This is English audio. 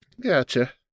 Gotcha